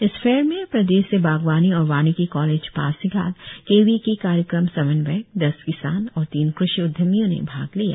इस फेयर में प्रदेश से बागवानी और वानिकी college Pasighat K V K कार्यक्रम समन्वयक दस किसान और तीन कृषि उदयमियों ने भाग लिया